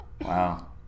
Wow